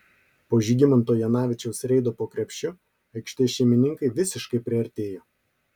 po žygimanto janavičiaus reido po krepšiu aikštės šeimininkai visiškai priartėjo